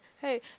hey